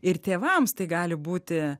ir tėvams tai gali būti